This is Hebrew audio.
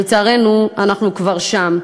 ולצערנו אנחנו כבר שם.